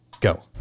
go